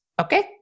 okay